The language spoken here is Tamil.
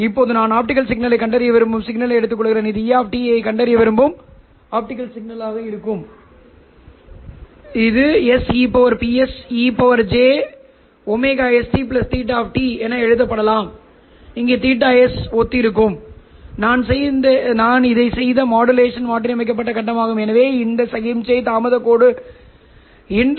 இப்போது B போன்ற உள்ளூர் ஆஸிலேட்டருடன் கலக்கப்படுவது அல்லது இணைக்கப்படுவது அனைத்தும் இலகுவானது இந்த சாதனம் அடிப்படையில் ஒளியியல் புலங்களுடன் கலக்கிறது ஒளியியல் சமிக்ஞைகள் E¿¿s E√2 LO